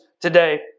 today